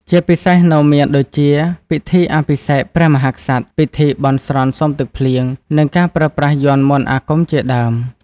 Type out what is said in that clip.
ជាពិសេសនៅមានដូចជា ពិធីអភិសេកព្រះមហាក្សត្រ ពិធីបន់ស្រន់សុំទឹកភ្លៀង និងការប្រើប្រាស់យ័ន្តមន្តអាគមជាដើម